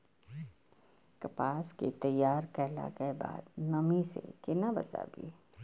कपास के तैयार कैला कै बाद नमी से केना बचाबी?